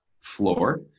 floor